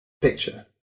picture